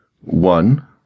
One